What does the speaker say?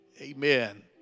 Amen